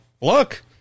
look